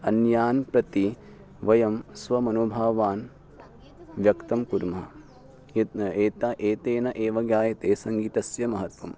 अन्यान् प्रति वयं स्वमनोभावान् व्यक्तं कुर्मः यद्न एता एतेन एव ज्ञायते सङ्गीतस्य महत्वम्